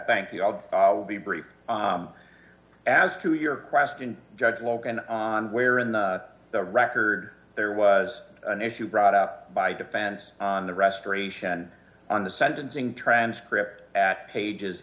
thank you i'll be brief as to your question judge logan where in the the record there was an issue brought up by defense on the restoration on the sentencing transcript pages